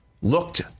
looked